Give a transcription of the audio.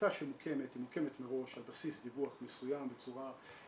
--- עמותה שמוקמת היא מוקמת מראש על בסיס דיווח מסוים בצורה שנדרשת,